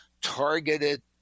targeted